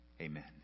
Amen